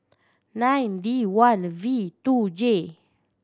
nine D one V two J